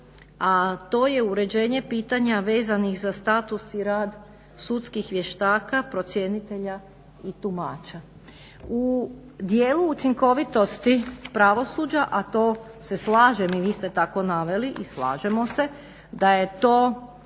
a to je uređenje pitanja vezanih za status i rad sudskih vještaka procjenitelja i tumača. U dijelu učinkovitosti pravosuđa, a to se slažem i vi ste tako naveli i slažemo se da je to